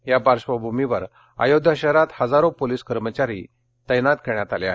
या पार्श्वभूमीवर आयोध्या शहरात हजारो पोलीस कर्मचारी तैनात करण्यात आले आहेत